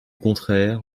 contraire